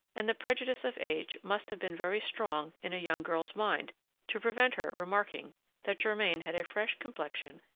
and the prejudice of age must have been very strong in a young girl's mind to prevent her remarking that germain had a fresh complexion,